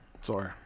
Sorry